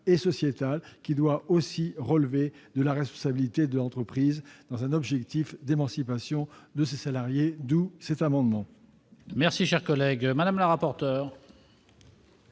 et sociétale qui doit relever de la responsabilité de l'entreprise, dans un objectif d'émancipation de ses salariés. D'où cet amendement.